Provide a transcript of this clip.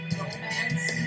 romance